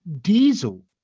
Diesel